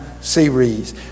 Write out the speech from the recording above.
series